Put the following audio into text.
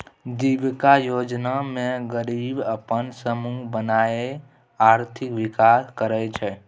जीबिका योजना मे गरीब अपन समुह बनाए आर्थिक विकास करय छै